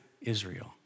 Israel